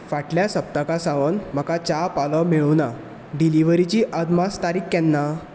फाटल्या सप्तका सावन म्हाका च्या पालो मेळूंक ना डिलिव्हरीची अदमास तारीक केन्ना